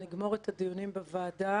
נגמור את הדיונים בוועדה,